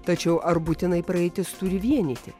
tačiau ar būtinai praeitis turi vienyti